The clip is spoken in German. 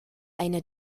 eine